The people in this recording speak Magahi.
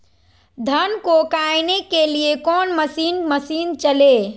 धन को कायने के लिए कौन मसीन मशीन चले?